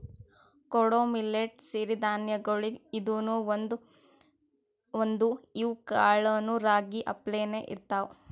ಕೊಡೊ ಮಿಲ್ಲೆಟ್ ಸಿರಿ ಧಾನ್ಯಗೊಳ್ದಾಗ್ ಇದೂನು ಒಂದು, ಇವ್ ಕಾಳನೂ ರಾಗಿ ಅಪ್ಲೇನೇ ಇರ್ತಾವ